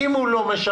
אם הוא לא משרת,